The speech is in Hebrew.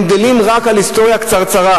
הם גדלים רק על היסטוריה קצרצרה,